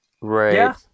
right